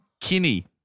Kinney